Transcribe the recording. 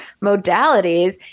modalities